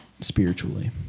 spiritually